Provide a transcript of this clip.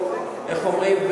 איך אומרים,